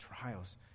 trials